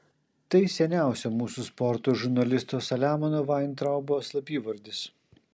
tai seniausio mūsų sporto žurnalisto saliamono vaintraubo slapyvardis